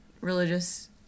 religious